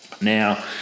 Now